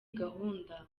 gahunda